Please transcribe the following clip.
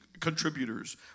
contributors